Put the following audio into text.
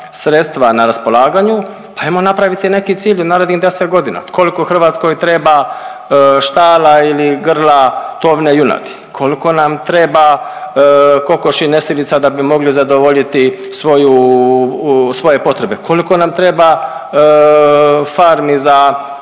sredstva na raspolaganju pa ajmo napraviti neki cilj u narednih deset godina, koliko Hrvatskoj treba štala ili grla tovne junadi, koliko nam treba kokoši nesilica da bi mogli zadovoljiti svoje potrebe, koliko nam treba farmi za